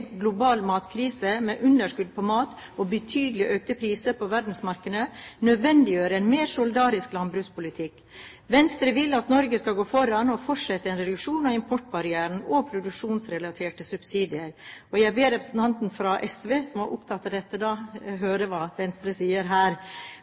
global matkrise, med underskudd på mat og betydelig økte priser på verdensmarkedet, nødvendiggjør en mer solidarisk landbrukspolitikk. Venstre vil at Norge skal gå foran og fortsette en reduksjon av importbarrierer og produksjonsrelaterte subsidier. Jeg ber representanten fra SV, som var opptatt av dette,